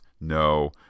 No